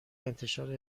انتشار